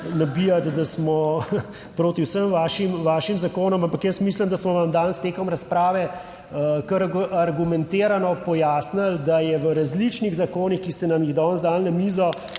nabijati, da smo proti vsem vašim zakonom, ampak jaz mislim, da smo vam danes tekom razprave kar argumentirano pojasnili, da je v različnih zakonih, ki ste nam jih danes dali na mizo